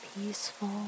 peaceful